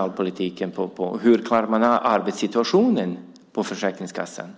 skrämts bort? Hur klarar man då av arbetssituationen på Försäkringskassan?